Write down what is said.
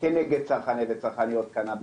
כנגד צרכני וצרכניות קנאביס,